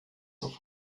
noch